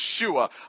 Yeshua